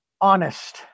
honest